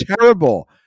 terrible